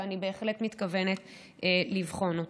ואני בהחלט מתכוונת לבחון אותו.